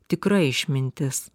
tikra išmintis